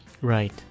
Right